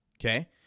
Okay